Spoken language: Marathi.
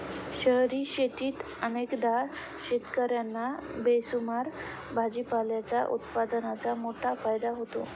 शहरी शेतीत अनेकदा शेतकर्यांना बेसुमार भाजीपाल्याच्या उत्पादनाचा मोठा फायदा होतो